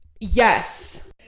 Yes